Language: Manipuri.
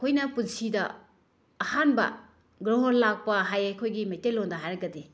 ꯑꯩꯈꯣꯏꯅ ꯄꯨꯟꯁꯤꯗ ꯑꯍꯥꯟꯕ ꯒ꯭ꯔꯣꯍꯣꯟ ꯂꯥꯛꯄ ꯍꯥꯏꯌꯦ ꯑꯩꯈꯣꯏꯒꯤ ꯃꯩꯇꯩꯂꯣꯟꯗ ꯍꯥꯏꯔꯒꯗꯤ